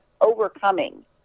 overcoming